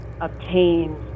obtained